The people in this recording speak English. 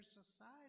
society